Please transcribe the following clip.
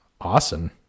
Awesome